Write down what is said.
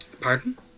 Pardon